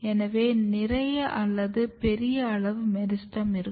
எனவே நிறைய அல்லது பெரிய அளவு மெரிஸ்டெம் இருக்கும்